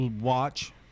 watch